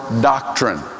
doctrine